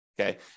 okay